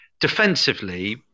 defensively